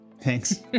Thanks